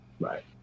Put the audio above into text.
Right